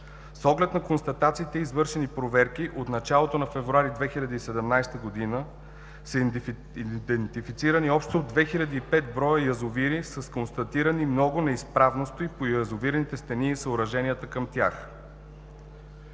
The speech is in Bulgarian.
С оглед на констатациите и извършени проверки от началото на февруари 2017 г. са идентифицирани общо 2005 броя язовири с констатирани много неизправности по язовирните стени и съоръженията към тях.